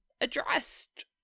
addressed